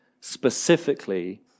specifically